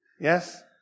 Yes